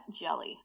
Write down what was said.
jelly